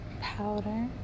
powder